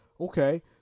Okay